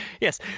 Yes